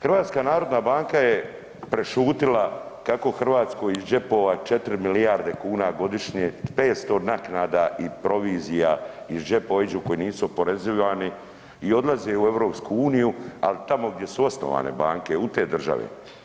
HNB je prešutila kako Hrvatskoj iz džepova 4 milijarde kuna godišnje, 500 naknada i provizija iz džepova iđu koji nisu oporezivani i odlaze u EU, ali tamo gdje su osnovane banke, u te države.